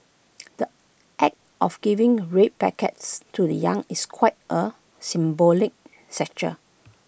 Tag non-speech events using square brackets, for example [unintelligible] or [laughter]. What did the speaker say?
the act of giving red packets to the young is quite A symbolic [unintelligible]